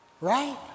Right